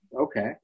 okay